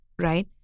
right